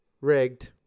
Rigged